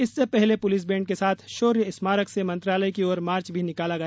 इससे पहले police band के साथ शौर्य स्मारक से मंत्रालय की ओर मार्च भी निकाला गया